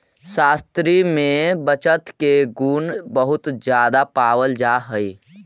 स्त्रि में बचत के गुण बहुत ज्यादा पावल जा हई